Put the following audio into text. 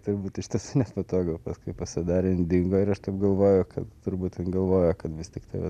turbūt iš tiesų nepatogu paskui pasidarė jin dingo ir aš taip galvoju kad turbūt jin galvoja kad vis tiktai vat